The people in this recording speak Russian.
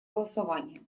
голосования